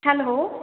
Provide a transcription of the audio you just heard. hello